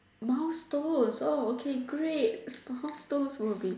milestones oh okay great milestones will be